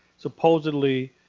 supposedly,